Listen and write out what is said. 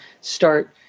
start